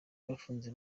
bafunze